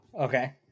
Okay